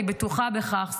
אני בטוחה בכך,